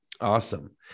Awesome